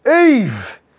Eve